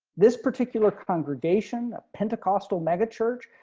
this particular congregation pentecostal mega church.